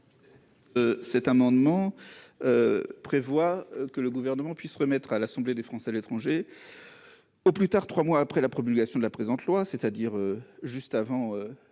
Cet amendement prévoit que le Gouvernement remette à l'Assemblée des Français de l'étranger (AFE), au plus tard trois mois après la promulgation du texte, c'est-à-dire juste avant